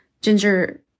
ginger